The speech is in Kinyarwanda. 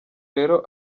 rero